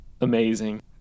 amazing